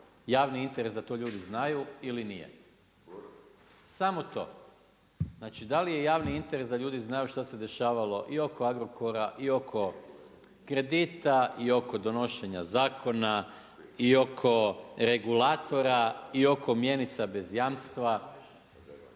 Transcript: javni interes da to ljudi znaju ili nije. Samo to. Znači da li je javni interes da ljudi znaju što se dešavalo i oko Agrokora i oko kredita i oko donošenja zakona i oko regulatora i oko mjenica bez jamstva. Da li je to